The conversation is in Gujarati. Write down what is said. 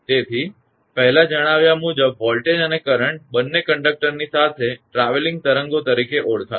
તેથી પહેલાં જણાવ્યા મુજબ વોલ્ટેજ અને કરંટ બંને કંડક્ટરની સાથે ટ્રાવેલીંગ તરંગો તરીકે આગળ વધશે